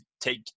take